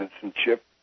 citizenship